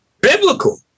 biblical